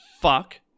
fuck